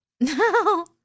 No